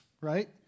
right